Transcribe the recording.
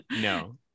no